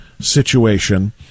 situation